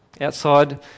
outside